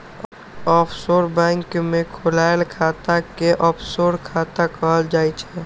offshore bank मे खोलाएल खाता कें ऑफसोर खाता कहल जाइ छै